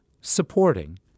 supporting